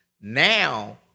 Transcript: now